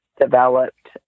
developed